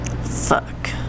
Fuck